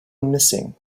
missing